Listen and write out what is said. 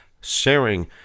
Sharing